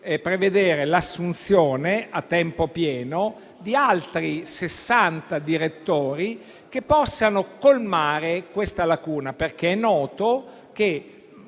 prevedere l'assunzione a tempo pieno di altri sessanta direttori che possano colmare questa lacuna, perché è noto che